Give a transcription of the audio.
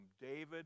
David